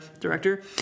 Director